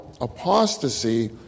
Apostasy